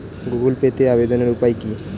Google পেতে আবেদনের উপায় কি?